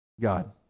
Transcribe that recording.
God